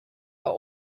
are